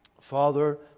Father